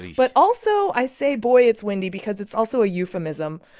but also, i say, boy, it's windy because it's also a euphemism,